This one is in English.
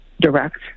direct